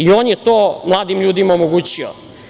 On je to mladim ljudima omogućio.